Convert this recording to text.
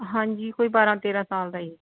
ਹਾਂਜੀ ਕੋਈ ਬਾਰਾਂ ਤੇਰਾਂ ਸਾਲ ਦਾ ਏ